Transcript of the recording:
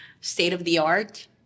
state-of-the-art